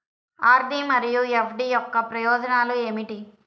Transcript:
RD మరియు FD యొక్క ప్రయోజనాలు ఏమిటి?